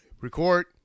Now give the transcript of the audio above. record